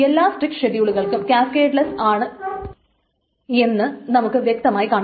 എല്ലാ സ്ട്രിക്റ്റ് ഷെഡ്യൂളുകളും ക്യാസ്കേഡ്ലെസ്സ് ആണ് എന്ന് നമുക്ക് വ്യക്തമായി കാണാം